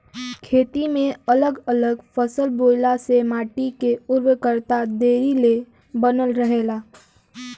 खेती में अगल अलग फसल बोअला से माटी के उर्वरकता देरी ले बनल रहेला